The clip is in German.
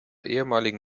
ehemaligen